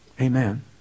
Amen